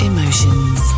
Emotions